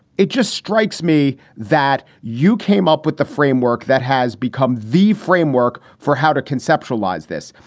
it just strikes me that you came up with the framework that has become the framework for how to conceptualize this.